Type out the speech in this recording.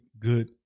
good